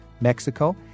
Mexico